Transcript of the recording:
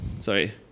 Sorry